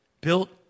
built